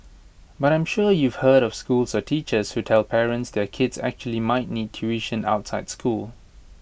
but I'm sure you've heard of schools or teachers who tell parents their kids actually might need tuition outside school